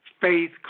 Faith